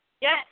Yes